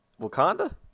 Wakanda